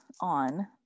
on